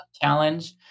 challenge